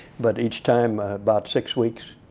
but each time about six weeks,